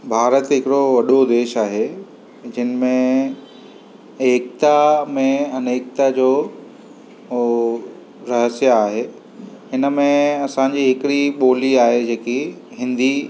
भारत हिकिड़ो वॾो देश आहे जिन में एकता में अनेकता जो उहो रहस्य आहे हिन में असांजी हिकिड़ी ॿोली आहे जेकी हिंदी